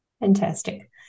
Fantastic